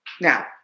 Now